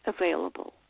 available